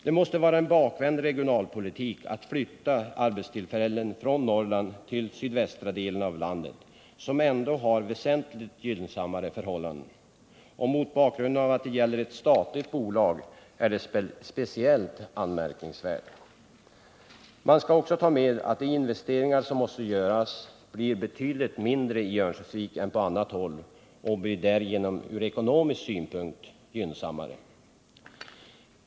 Det måste vara en bakvänd regionalpolitik att flytta arbetstillfällen från Norrland till sydvästra delen av landet, som ändå har väsentligt gynnsammare förhållanden. Mot bakgrunden av att det gäller ett statligt bolag är det speciellt anmärkningsvärt. Man skall också ta med att de investeringar som måste göras blir betydligt mindre i Örnsköldsvik än på annat håll och därigenom blir ur ekonomisk synpunkt gynnsammare.